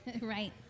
Right